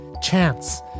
chance